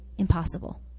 impossible